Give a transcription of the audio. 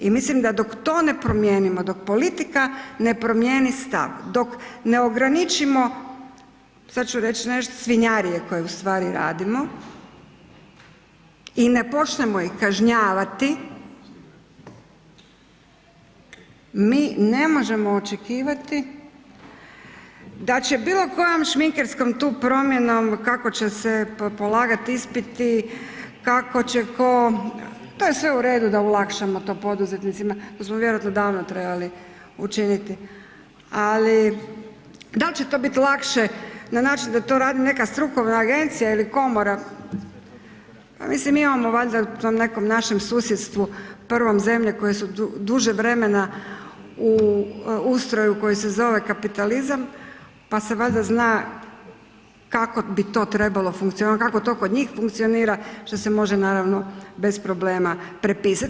I mislim da dok to ne promijenimo, dok politika ne promijeni stav, dok ne ograničimo sada ću reći nešto, svinjarije koje ustvari radimo i ne počnemo ih kažnjavati, mi ne možemo očekivati da će bilo kojom šminkerskom tu promjenom kako će se polagati ispiti, kako će tko, to je sve uredu da olakšamo to poduzetnicima, to smo vjerojatno davno trebali učiniti, ali da li će to biti lakše na način da to radi neka strukovna agencija ili komora, pa mislim imamo valjda u tom nekom našem susjedstvu prvom zemlje koje su duže vremena u ustroju koje se zove kapitalizam pa se valjda zna kako bi to trebalo funkcionirati, kako to kod njih funkcionira što se može naravno bez problema prepisat.